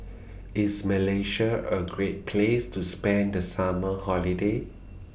IS Malaysia A Great Place to spend The Summer Holiday